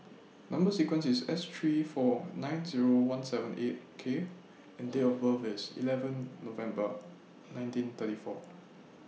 Number sequence IS S three four nine Zero one seven eight K and Date of birth IS eleven November nineteen thirty four